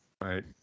Right